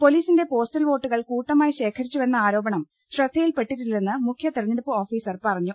പൊലീസിന്റെ പോസ്റ്റൽ വോട്ടുകൾ കൂട്ടമായി ശേഖരിച്ചു വെന്ന ആരോപണം ശ്രദ്ധയിൽ പെട്ടിട്ടില്ലെന്ന് മുഖൃ തെരഞ്ഞെ ടുപ്പ് ഓഫീസർ പറഞ്ഞു